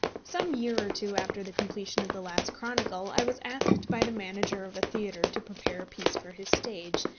some year or two after the completion of the last chronicle, i was asked by the manager of a theatre to prepare a piece for his stage,